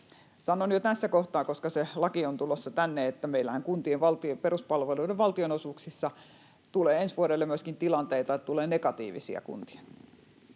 Sanon jo tässä kohtaa, koska se laki on tulossa tänne, että meillähän kuntien peruspalveluiden valtionosuuksissa tulee ensi vuodelle myöskin tilanteita, että tulee negatiivisia kuntia,